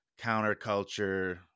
counterculture